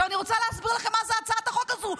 אני רוצה להסביר לכם מה זאת הצעת החוק הזאת,